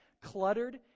cluttered